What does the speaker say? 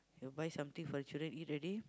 you buy something for the children eat already